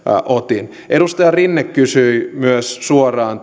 otin edustaja rinne kysyi myös suoraan